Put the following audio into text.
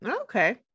Okay